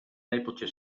lepeltje